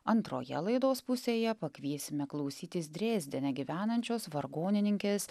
antroje laidos pusėje pakviesime klausytis drezdene gyvenančios vargonininkės